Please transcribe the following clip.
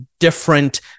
different